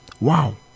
Wow